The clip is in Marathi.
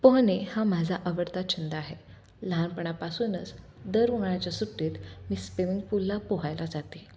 पोहणे हा माझा आवडता छंद आहे लहानपणापासूनच दर उन्हाळ्याच्या सुट्टीत मी स्विमिंग पूलला पोहायला जाते